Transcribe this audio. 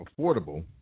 affordable